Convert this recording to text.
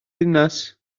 ddinas